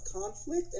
conflict